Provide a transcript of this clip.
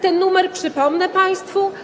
Ten numer, przypomnę państwu.